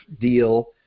deal